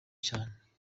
cyane